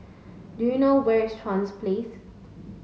do you know where is Chuans Place